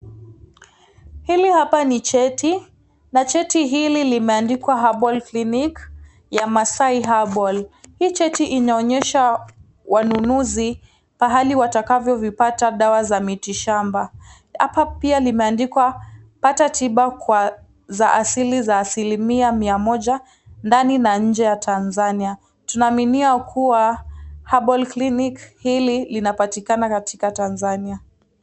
Hili hapa ni cheti na cheti hili limeandikwa Herbal Clinic ya Masai Herbal . Hii cheti inaonyesha wanunuzi pahali watakavyovipata dawa za miti shamba. Hapa pia limeandikwa pata tiba kwa za asili za asili mia moja ndani na nje ya Tanzania. Tunaamini kuwa herbal clinic hili inapatikana katika Tanzania.